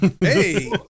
Hey